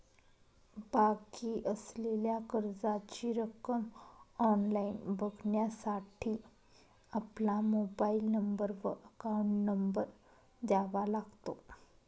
बाकी असलेल्या कर्जाची रक्कम ऑनलाइन बघण्यासाठी आपला मोबाइल नंबर व अकाउंट नंबर द्यावा लागतो